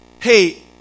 hey